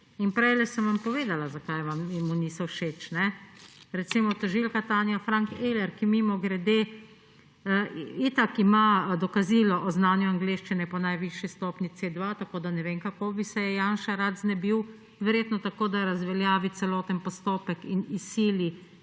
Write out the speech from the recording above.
– prejle sem vam povedala, zakaj mu niso všeč. Recimo, tožilka Tanja Frank Eler, ki mimogrede itak ima dokazilo o znanju angleščine po najvišji stopnji C2, tako da ne vem, kako bi se jo Janša rad znebil. Verjetno tako, da razveljavi celoten postopek in izsili